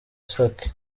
sake